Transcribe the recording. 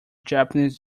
japanese